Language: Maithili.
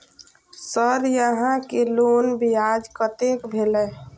सर यहां के लोन ब्याज कतेक भेलेय?